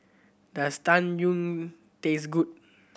does Tang Yuen taste good